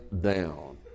down